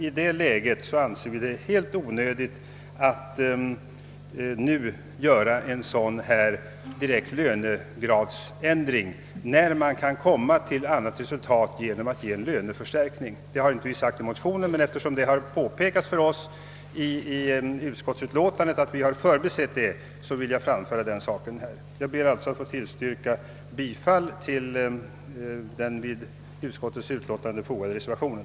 I det läget anser vi det helt onödigt att nu göra en lönegradsändring; man kan om man så vill i stället ge en löneförstärkning. Det har inte sagts i motionen, men eftersom det i utskottsutlåtandet har påpekats att vi förbisett detta vill jag framföra denna tanke nu. Jag ber att få yrka bifall till den vid utskottsutlåtandet fogade reservationen.